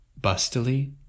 Bustily